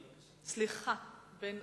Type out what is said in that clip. בן-ארי.